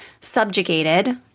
subjugated